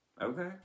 Okay